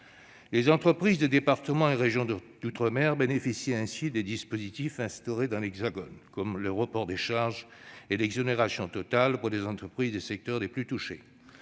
Les entreprises des départements et régions d'outre-mer bénéficient des dispositifs instaurés dans l'Hexagone, comme le report ou, pour les entreprises des secteurs les plus touchés,